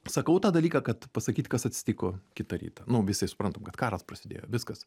sakau tą dalyką kad pasakyt kas atsitiko kitą rytą nu visi suprantam kad karas prasidėjo viskas